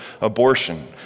abortion